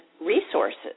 resources